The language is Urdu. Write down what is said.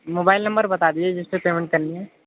موبائل نمبر بتا دیجیے جس پہ پیمنٹ کرنی ہے